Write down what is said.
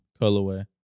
colorway